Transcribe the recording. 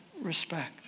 respect